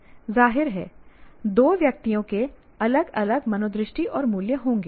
जाहिर है दो व्यक्तियों के अलग अलग मनोदृष्टि और मूल्य होंगे